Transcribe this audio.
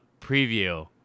preview